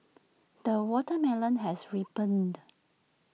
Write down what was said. the watermelon has ripened